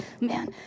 Man